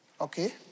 okay